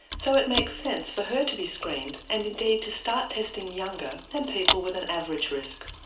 so it makes sense for her to be screened, and indeed to start testing younger than people with an average risk.